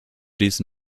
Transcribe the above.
these